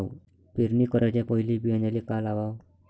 पेरणी कराच्या पयले बियान्याले का लावाव?